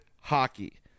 hockey